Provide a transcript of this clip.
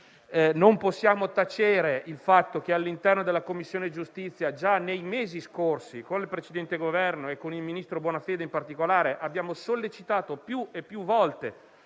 Non possiamo tacere il fatto che, all'interno della Commissione giustizia, già nei mesi scorsi con il precedente Governo e con il ministro Bonafede in particolare, abbiamo sollecitato più e più volte